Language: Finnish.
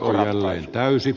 arvoisa puhemies